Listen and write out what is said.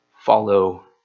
follow